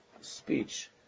speech